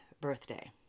birthday